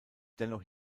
dennoch